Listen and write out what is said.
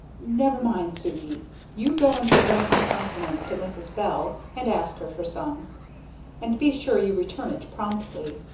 never mind, sukey you go and present my compliments to mrs. bell, and ask her for some and be sure you return it promptly.